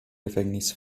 gefängnis